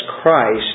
Christ